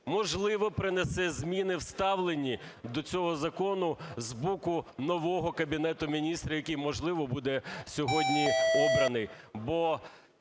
можливо, принесе зміни в вставленні до цього закону з боку нового Кабінету Міністрів, який, можливо, буде сьогодні обраний.